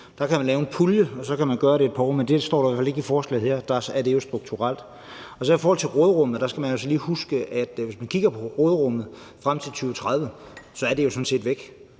Der kan man lave en pulje, og så kan man gøre det et par år. Men det står der jo heller ikke i forslaget her. Der er det jo strukturelt. I forhold til råderummet skal man så lige huske, at hvis man kigger på råderummet frem til 2030, så er det jo sådan set væk.